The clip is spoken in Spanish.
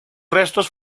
restos